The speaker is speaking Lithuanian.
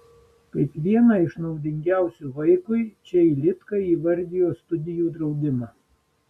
kaip vieną iš naudingiausių vaikui čeilitka įvardija studijų draudimą